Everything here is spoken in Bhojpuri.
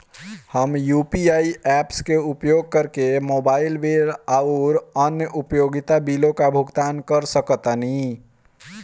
हम यू.पी.आई ऐप्स के उपयोग करके मोबाइल बिल आउर अन्य उपयोगिता बिलों का भुगतान कर सकतानी